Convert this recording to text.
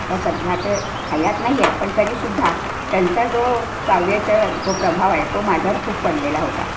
आता सध्या ते हयात नाही आहेत पण तरी सुद्धा त्यांचा जो काव्याचा जो प्रभाव आहे तो माझ्यावर खूप पडलेला होता